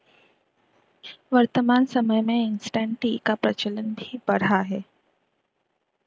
वर्तमान समय में इंसटैंट टी का प्रचलन भी बढ़ा है